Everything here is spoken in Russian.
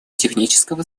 технического